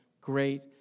great